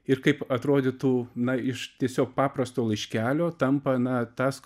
ir kaip atrodytų na iš tiesiog paprasto laiškelio tampa na tas